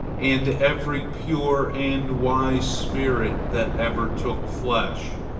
and every pure and wise spirit that ever took flesh.